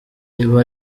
ibi